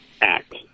act